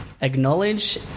acknowledge